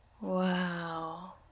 Wow